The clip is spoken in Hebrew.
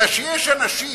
אלא שיש אנשים,